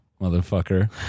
Motherfucker